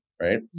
right